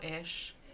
ish